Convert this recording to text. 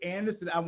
Anderson